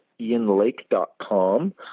ianlake.com